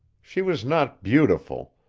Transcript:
she was not beautiful,